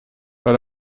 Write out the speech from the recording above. but